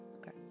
Okay